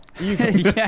Easy